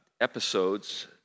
episodes